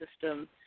system